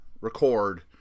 record